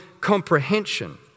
comprehension